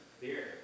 Beer